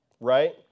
right